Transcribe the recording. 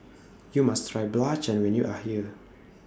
YOU must Try Belacan when YOU Are here